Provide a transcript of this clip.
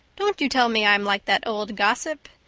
don't you tell me i'm like that old gossip,